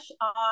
on